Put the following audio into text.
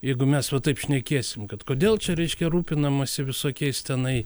jeigu mes va taip šnekėsim kad kodėl čia reiškia rūpinamasi visokiais tenai